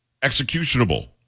executionable